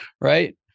right